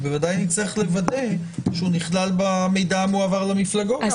אז בוודאי שנצטרך לוודא שהוא נכלל במידע שמועבר למפלגות.